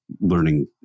learning